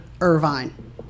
Irvine